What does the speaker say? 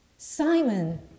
Simon